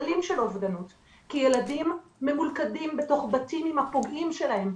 כי ילדים ממולכדים בתוך בתים עם הפוגעים שלהם.